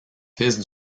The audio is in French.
fils